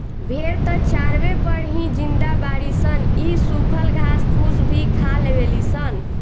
भेड़ त चारवे पर ही जिंदा बाड़ी सन इ सुखल घास फूस भी खा लेवे ली सन